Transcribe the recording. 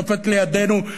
שנופלת לידינו,